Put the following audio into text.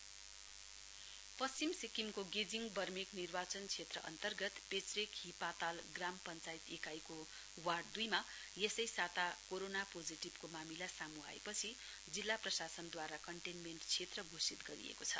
essential commodities distribution पश्चिम सिक्किमको गेजिङ बर्मेक निर्वाचन क्षेत्र अन्तर्गत पेचरेक हि पाताल ग्रम पश्चायत इकाईको वार्ड दुईमा यसै साता कोरोनो पोजेटिभको मामिला सामू आएपछि जिल्ला प्रशासनद्वारा कन्टेन्मेन्ट क्षेत्र घोषित गरिएको छ